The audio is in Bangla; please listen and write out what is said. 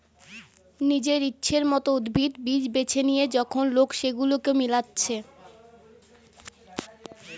নিজের ইচ্ছের মত উদ্ভিদ, বীজ বেছে লিয়ে যখন লোক সেগুলাকে মিলাচ্ছে